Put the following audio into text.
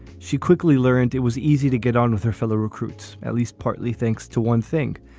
she quickly learned it was easy to get on with her fellow recruits, at least partly thanks to one thing.